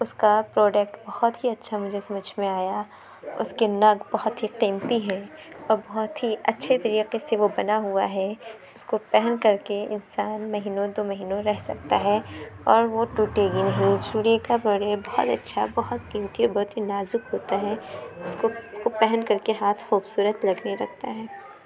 اس کا پروڈکٹ بہت ہی اچھا مجھے سمجھ میں آیا اس کے نگ بہت ہی قیمتی ہیں اور بہت ہی اچھے طریقے سے وہ بنا ہوا ہے اس کو پہن کر کے انسان مہینوں دو مہیںوں رہ سکتا ہے اور وہ ٹوٹے گی نہیں چوڑی کا باڈی بہت اچھا بہت قیمتی بہت ہی نازک ہوتا ہے اس کو پہن کر کے ہاتھ خوبصورت لگنے لگتا ہے